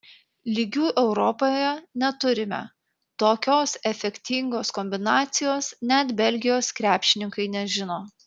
lygių europoje neturime tokios efektingos kombinacijos net belgijos krepšininkai nežino